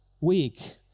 week